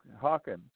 Hawkins